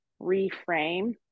reframe